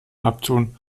abtun